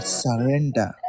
surrender